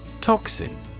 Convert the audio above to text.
Toxin